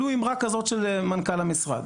ולו אמרה כזאת של מנכ"ל המשרד,